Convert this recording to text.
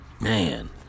Man